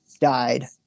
Died